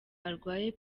arwaye